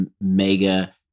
mega